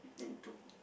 you've been to